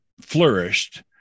flourished